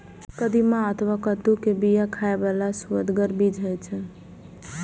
कदीमा अथवा कद्दू के बिया खाइ बला सुअदगर बीज होइ छै